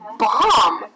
bomb